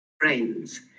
Friends